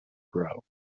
grow